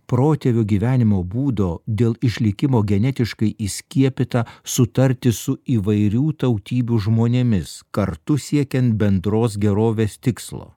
protėvių gyvenimo būdo dėl išlikimo genetiškai įskiepyta sutarti su įvairių tautybių žmonėmis kartu siekiant bendros gerovės tikslo